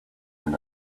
been